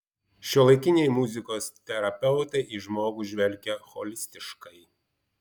šiuolaikiniai muzikos terapeutai į žmogų žvelgia holistiškai